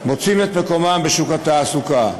מוצאים את מקומם בשוק התעסוקה.